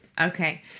Okay